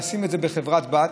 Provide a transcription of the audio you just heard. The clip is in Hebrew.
נשים את זה בחברה בת,